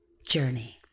journey